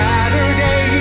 Saturday